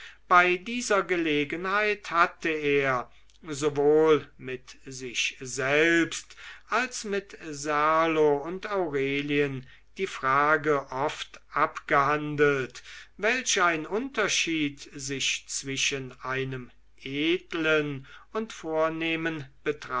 bei dieser gelegenheit hatte er sowohl mit sich selbst als mit serlo und aurelien die frage oft abgehandelt welch ein unterschied sich zwischen einem edlen und vornehmen